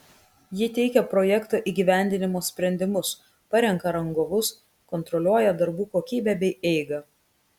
ji teikia projekto įgyvendinimo sprendimus parenka rangovus kontroliuoja darbų kokybę bei eigą